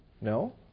No